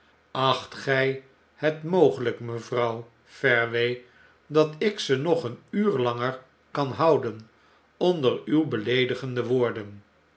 acht gij het mogelijk mevrouw fareway dat ik ze nog een uur langer kan houden onder uw beleedigende woorden